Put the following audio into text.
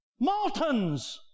Maltons